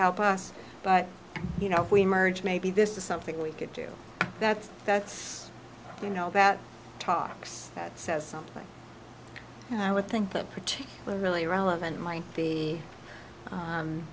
help us but you know if we merge maybe this is something we could do that that's you know about talks that says something and i would think that particularly relevant might be